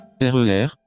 RER